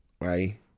Right